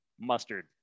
Mustard